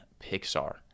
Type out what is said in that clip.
Pixar